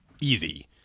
easy